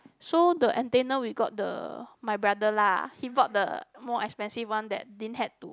so the antenna we got the my brother lah he bought the more expensive one that didn't had to